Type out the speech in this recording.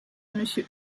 monsieur